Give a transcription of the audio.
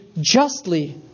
justly